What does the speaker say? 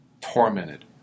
Tormented